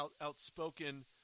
outspoken